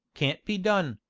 can't be done,